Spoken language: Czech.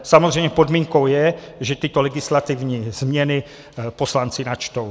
Samozřejmě podmínkou je, že tyto legislativní změny poslanci načtou.